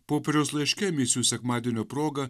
popiežiaus laiške misijų sekmadienio proga